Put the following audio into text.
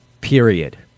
period